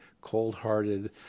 cold-hearted